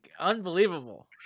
unbelievable